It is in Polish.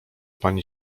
pani